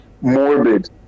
morbid